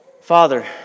Father